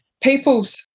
people's